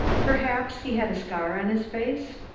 perhaps he had a scar on his face?